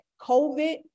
COVID